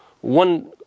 one